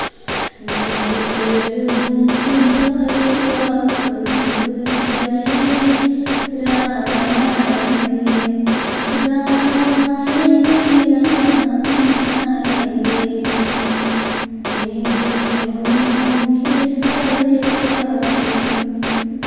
मेरे कर्मों के सारे पाप धुल जाएँगे राम आएँगे राम आएँगे राम आएँगे मेरे जनमों के सारे पाप मि